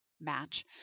match